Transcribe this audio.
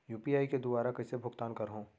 UPI के दुवारा कइसे भुगतान करहों?